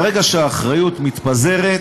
ברגע שהאחריות מתפזרת,